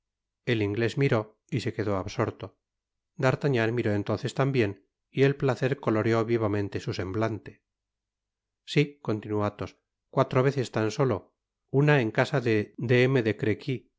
el inglés miró y se quedó absorto d'artagnan miró entonces tambien y el placer coloreó vivamente su semblante si continuó athos cuatro veces tan solo una en casa de